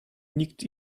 nikt